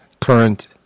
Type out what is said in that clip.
current